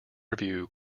review